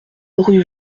rue